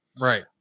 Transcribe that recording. Right